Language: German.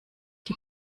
die